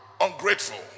ungrateful